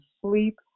sleep